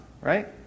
right